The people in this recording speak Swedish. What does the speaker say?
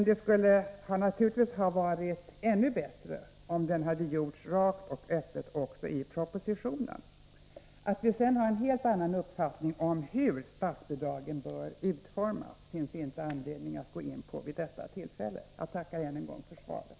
Det skulle dock ha varit ännu bättre om allt hade gjorts rakt och öppet också i propositionen. Att vi sedan har en helt annan uppfattning om hur statsbidragen bör utformas finns det inte anledning att gå in på vid detta tillfälle. Jag tackar än en gång för svaret.